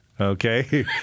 Okay